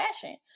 fashion